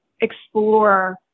explore